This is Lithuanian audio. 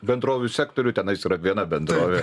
bendrovių sektorių tenais yra viena bendrovė